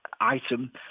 item